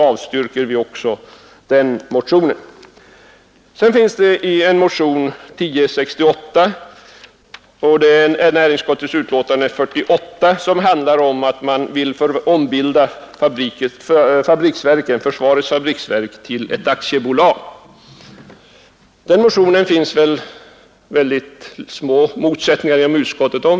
De är så öppna de kan företagens verksamhet, m.m. bli. Det går inte att göra dem mer öppna. Följaktligen avstyrker vi också den motionen. Beträffande den motionen är det mycket små motsättningar i utskottet.